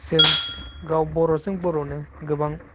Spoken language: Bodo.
जों गाव बर'जों बर'नो गोबां